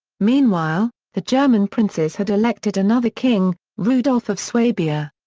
meanwhile, the german princes had elected another king, rudolf of swabia.